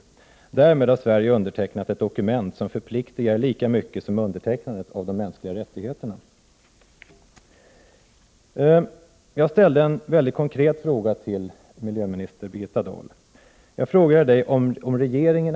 Därmed har Sverige undertecknat ett dokument som förpliktigar lika mycket som undertecknandet av deklarationen om de mänskliga rättigheterna.